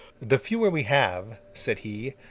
the fewer we have said he,